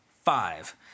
Five